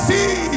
See